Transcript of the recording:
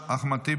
אחמד טיבי,